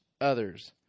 others